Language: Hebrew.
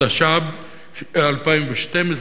התשע"ב 2012,